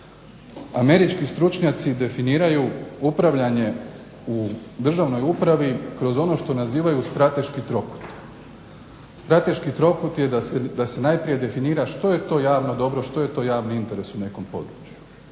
Američki stručnjaci definiraju upravljanje u državnoj upravi kroz ono što nazivaju strateški trokut. Strateški trokut je da se najprije definira što je to javno dobro, što je to javni interes u nekom području.